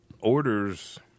Orders